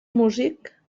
músic